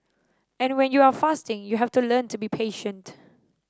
and when you are fasting you have to learn to be patient